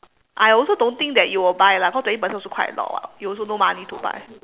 I also don't think that you will buy lah because twenty percent also quite a lot [what] you also no money to buy